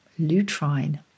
Lutrine